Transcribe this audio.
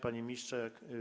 Panie Ministrze!